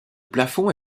plafond